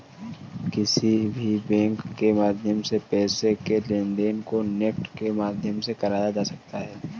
किसी भी बैंक के माध्यम से पैसे के लेनदेन को नेफ्ट के माध्यम से कराया जा सकता है